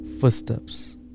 footsteps